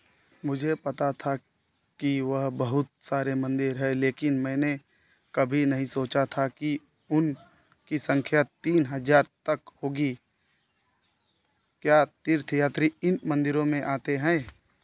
मुझे पता था कि वह बहुत सारे मन्दिर हैं लेकिन मैंने कभी नहीं सोचा था कि उनकी सँख्या तीन हज़ार तक होगी क्या तीर्थयात्री इन मन्दिरों में आते हैं